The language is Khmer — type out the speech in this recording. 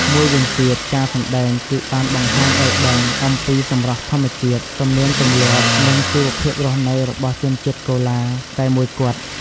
មួយវិញទៀតការសម្តែងគឺបានបង្ហាញឲ្យដឹងអំពីសម្រស់ធម្មជាតិ ទំនៀមទម្លាប់ និងជីវភាពរស់នៅរបស់ជនជាតិកូឡាតែមួយគត់។